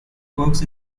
works